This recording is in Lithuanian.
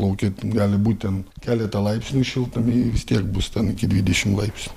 lauke gali būt ten keletą laipsnių šiltnamy vis tiek bus ten iki dvidešimt laipsnių